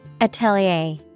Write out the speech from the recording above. Atelier